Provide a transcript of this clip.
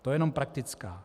To je jenom praktická.